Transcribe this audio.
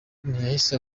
ntiyahise